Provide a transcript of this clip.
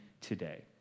today